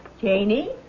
Janie